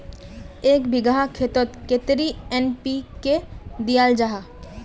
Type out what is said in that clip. एक बिगहा खेतोत कतेरी एन.पी.के दियाल जहा?